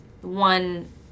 one